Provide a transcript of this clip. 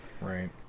Right